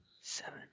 Seven